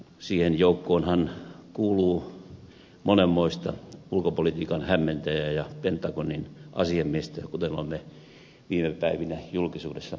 siihen joukkoonhan kuuluu monenmoista ulkopolitiikan hämmentäjää ja pentagonin asiamiestä kuten olemme viime päivinä julkisuudesta saaneet havaita